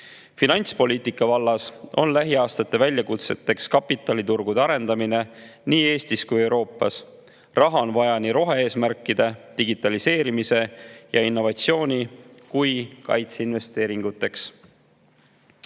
Finantspoliitika vallas on lähiaastatel väljakutse kapitaliturgude arendamine nii Eestis kui ka Euroopas. Raha on vaja nii rohe-eesmärkide, digitaliseerimise ja innovatsiooni kui ka kaitseinvesteeringuteks.